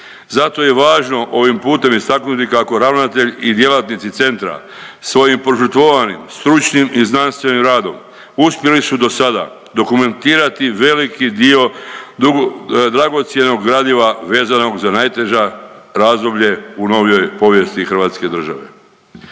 Zato je i važno ovim putem istaknuti kako ravnatelj i djelatnici centra svojim požrtvovanim stručnim i znanstvenim radom uspjeli su dosada dokumentirati veliki dio dragocjenog gradiva vezanog za najteža razdoblje u novijoj povijesti hrvatske države